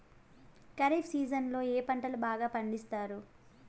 ఖరీఫ్ సీజన్లలో ఏ పంటలు బాగా పండిస్తారు